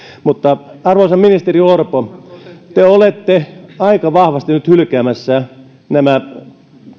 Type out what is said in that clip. mutta arvoisa ministeri orpo te olette aika vahvasti nyt hylkäämässä nämä